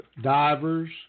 divers